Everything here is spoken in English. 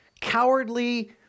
cowardly